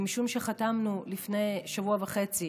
ומשום שחתמנו לפני שבוע וחצי